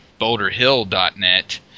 boulderhill.net